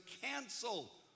cancel